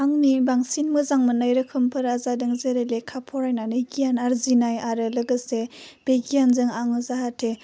आंनि बांसिन मोजां मोननाय रोखोमफोरा जादों जेरै लेखा फरायनानै गियान आरजिनााय आरो लोगोसे बे गियानजों आङो जाहाथे